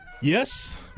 Yes